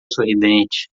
sorridente